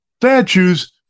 statues